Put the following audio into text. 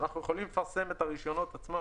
אנחנו יכולים לפרסם את הרישיונות עצמם,